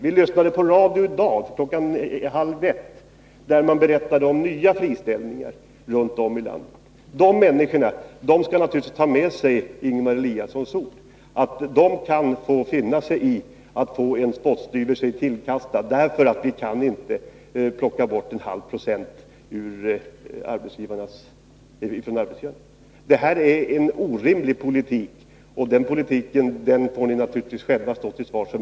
Vi kunde höra i radio klockan halv ett i dag att det berättades om nya friställningar runt om i landet. De människorna skall naturligtvis ta med sig Ingemar Eliassons ord om att de kan få finna sig i att få en spottstyver sig tillkastad — därför att vi inte kan plocka bort en halv procent från arbetsgivarna. Det här är en orimlig politik, och den får ni naturligtvis själva stå till svars för.